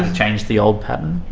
ah change the old pattern?